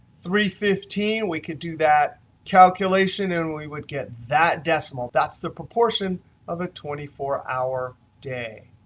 three fifteen, we could do that calculation, and we would get that decimal. that's the proportion of a twenty four hour day.